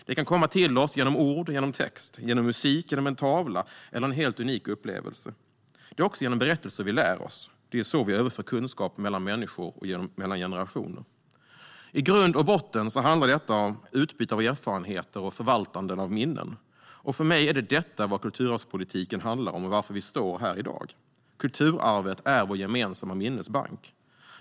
De kan komma till oss genom ord och text, genom musik, genom en tavla eller genom en helt unik upplevelse. Det är också genom berättelser vi lär oss. Det är så vi överför kunskap mellan människor och mellan generationer. I grund och botten handlar detta om utbyte av erfarenheter och förvaltande av minnen. För mig är detta vad kulturarvspolitiken handlar om. Det är för detta vi står här i dag. Kulturarvet är vår gemensamma minnesbank.